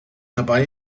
dabei